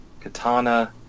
Katana